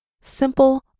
simple